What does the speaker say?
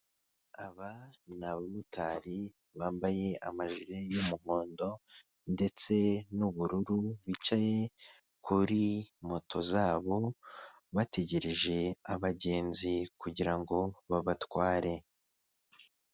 Aba ni abamotari bambaye amajire y'umuhondo ndetse n'ubururu bicaye kuri moto zabo bategereje abagenzi kugira ngo babatware.